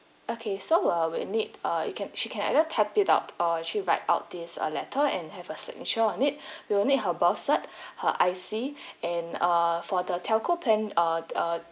okay so uh we'll need uh you can she can either type it out or actually write out this uh letter and have a signature on it we will need her birth cert her I_C and err for the telco plan uh uh